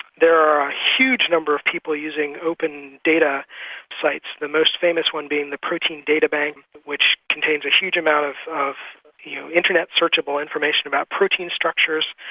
there are a huge number of people using open data sites, the most famous one being the protein data bank, which contains a huge amount of of you know internet, searchable information about protein structures.